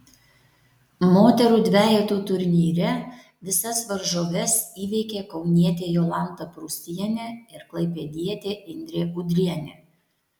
moterų dvejetų turnyre visas varžoves įveikė kaunietė jolanta prūsienė ir klaipėdietė indrė udrienė